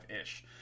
ish